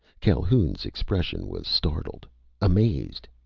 calhoun's expression was startled amazed.